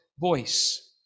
voice